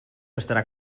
estarà